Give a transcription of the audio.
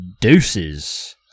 deuces